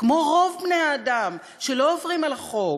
כמו רוב בני-האדם שלא עוברים על החוק